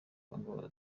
ngo